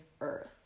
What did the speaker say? Earth